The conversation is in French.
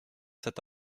cet